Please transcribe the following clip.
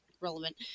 relevant